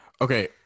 Okay